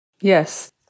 Yes